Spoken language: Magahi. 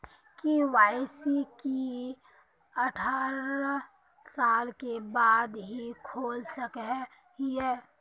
के.वाई.सी की अठारह साल के बाद ही खोल सके हिये?